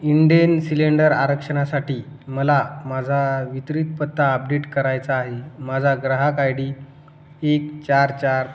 Indane cylinder आरक्षणासाठी मला माझा वितरितपत्ता आपडेट करायचा आहे माझा ग्राहक आय डी एक चार चार